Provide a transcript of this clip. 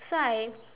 so I